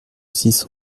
six